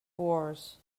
wars